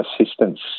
assistance